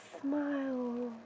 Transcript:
Smile